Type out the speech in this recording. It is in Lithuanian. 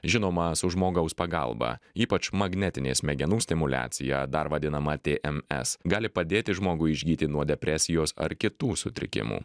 žinoma su žmogaus pagalba ypač magnetinė smegenų stimuliacija dar vadinama tė em es gali padėti žmogui išgyti nuo depresijos ar kitų sutrikimų